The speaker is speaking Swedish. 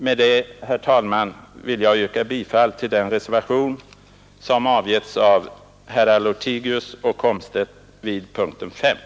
Med detta, herr talman, vill jag yrka bifall till reservationen 3, som vid punkten 5 har avgivits av herrar Lothigius och Komstedt.